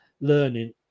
learning